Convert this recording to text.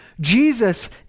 Jesus